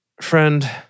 Friend